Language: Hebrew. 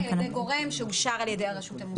על ידי גורם שאושר על ידי הרשות המוסמכת.